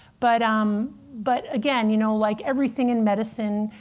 but um but again, you know, like everything in medicine,